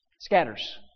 scatters